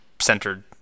centered